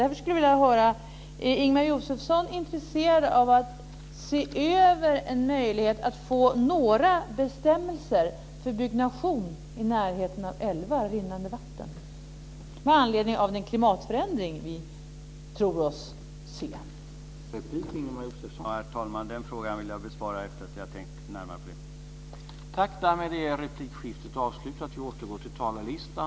Därför skulle jag vilja höra om Ingemar Josefsson är intresserad att se över möjligheten att införa några bestämmelser för byggnation i närheten av älvar och rinnande vatten, med anledning av den klimatförändring vi tror oss se.